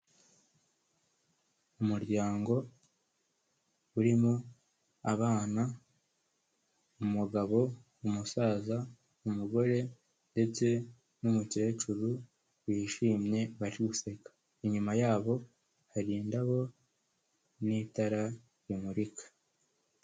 Umuryango urimo abana, umugabo, umusaza, umugore ndetse n'umukecuru wishimye bari guseka. Inyuma yabo hari indabo n'itara rimurika.